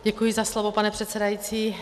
Děkuji za slovo, pane předsedající.